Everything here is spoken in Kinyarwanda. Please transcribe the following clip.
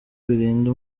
birinda